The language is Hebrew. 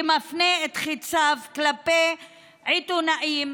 שמפנה את חיציו כלפי עיתונאים,